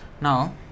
Now